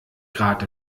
grad